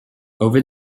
over